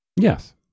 Yes